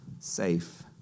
safe